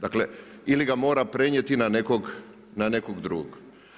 Dakle ili ga mora prenijeti na nekog drugog.